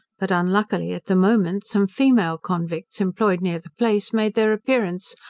but unluckily, at the moment, some female convicts, employed near the place, made their appearance,